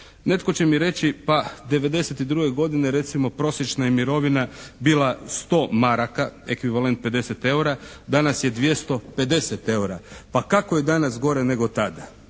Netko će mi reći pa 92. godine recimo prosječna je mirovina bila 100 DEM, ekvivalent 50 eura, danas je 250 eura. Pa kako je danas gore nego tada?